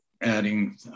adding